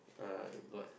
uh what